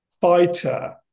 fighter